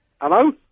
Hello